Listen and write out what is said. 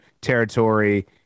territory